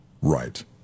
Right